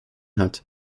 hat